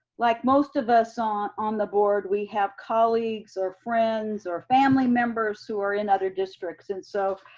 like most of us ah on the board, we have colleagues or friends or family members who are in other districts, and so